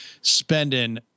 spending